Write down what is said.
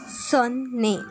ಸೊನ್ನೆ